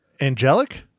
angelic